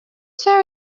seems